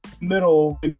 middle